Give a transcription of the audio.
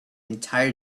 entire